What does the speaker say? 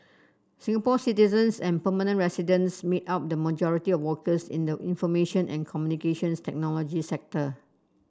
Singapore citizens and permanent residents make up the majority of workers in the information and Communications Technology sector